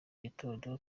gitondo